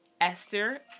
Esther